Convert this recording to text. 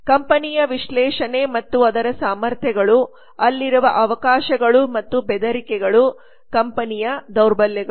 ಕಂಪನಿಯ ವಿಶ್ಲೇಷಣೆ ಮತ್ತು ಅದರ ಸಾಮರ್ಥ್ಯಗಳು ಅಲ್ಲಿರುವ ಅವಕಾಶಗಳು ಮತ್ತು ಬೆದರಿಕೆಗಳು ಕಂಪನಿಯ ದೌರ್ಬಲ್ಯಗಳು